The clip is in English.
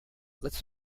lets